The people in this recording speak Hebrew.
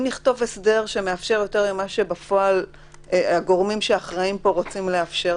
אם נכתוב הסדר שמאפשר יותר ממה שהגורמים האחראים בפועל רוצים לאפשר,